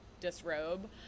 disrobe